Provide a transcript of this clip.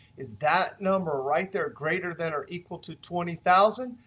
is that number right there greater than or equal to twenty thousand